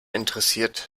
interessiert